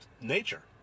nature